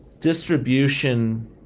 Distribution